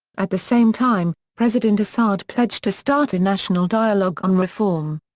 at the same time, president assad pledged to start a national dialogue on reform.